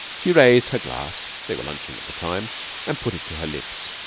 she raised her glass they were lunching at the time and put it to her lips.